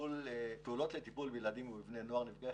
פעולות לטיפול בילדים ובבני נוער נפגעי